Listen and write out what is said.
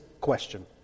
question